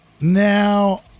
Now